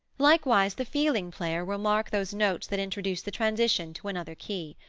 likewise the feeling player will mark those notes that introduce the transition to another key.